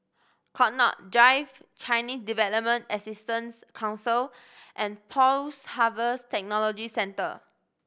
Connaught Drive Chinese Development Assistance Council and Post Harvest Technology Centre